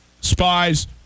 spies